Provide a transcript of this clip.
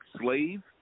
slave